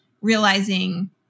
realizing